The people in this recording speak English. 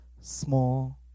small